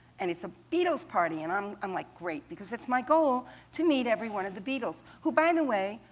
and it's a beatles party. and i'm um like great, because it's my goal to meet every one of the beatles. who, by the way,